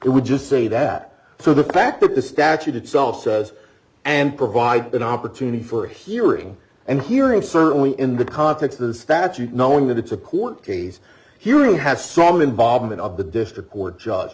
i would just say that so the fact that the statute itself says and provide an opportunity for hearing and hearing certainly in the context of the statute knowing that it's a court case here you have some involvement of the district court judge